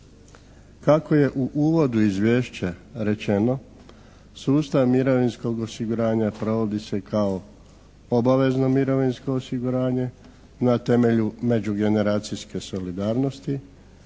Kako je u uvodu u Izvješće rečeno sustav mirovinskog osiguranja provodi se kao obavezno mirovinsko osiguranje na temelju međugeneracijske solidarnosti